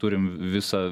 turim visą